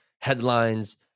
headlines